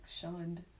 shunned